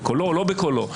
בקולו או לא בקולו,